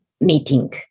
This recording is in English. meeting